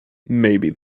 maybe